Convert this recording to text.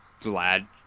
glad